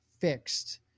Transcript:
fixed